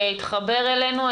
התחבר אלינו.